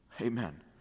Amen